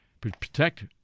protect